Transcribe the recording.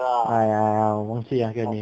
ah ya ya 我忘记啊跟你